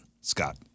Scott